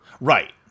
Right